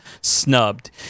snubbed